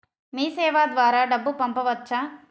మీసేవ ద్వారా డబ్బు పంపవచ్చా?